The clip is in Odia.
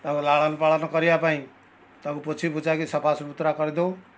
ତାଙ୍କ ଲାଳନପାଳନ କରିବା ପାଇଁ ତାକୁ ପୋଛିପୋଛାକି ସଫାସୁତରା କରିଦେଉ